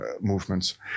movements